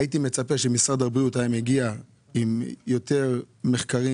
הייתי מצפה שמשרד הבריאות היה מגיע עם יותר מחקרים